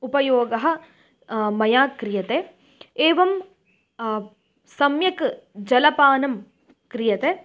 उपयोगः मया क्रियते एवं सम्यक् जलपानं क्रियते